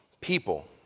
people